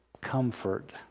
comfort